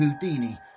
Houdini